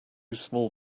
small